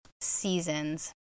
seasons